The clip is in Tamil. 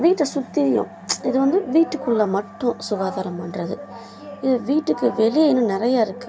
வீட்டை சுற்றியும் இது வந்து வீட்டுக்குள்ளே மட்டும் சுகாதாரம் பண்றது வீட்டுக்கு வெளியே இன்னும் நிறைய இருக்குது